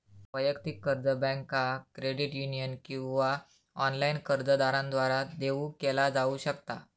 वैयक्तिक कर्ज बँका, क्रेडिट युनियन किंवा ऑनलाइन कर्जदारांद्वारा देऊ केला जाऊ शकता